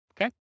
okay